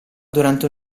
durante